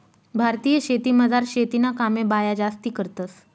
भारतीय शेतीमझार शेतीना कामे बाया जास्ती करतंस